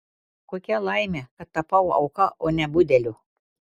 kokia laimė kad tapau auka o ne budeliu